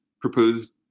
proposed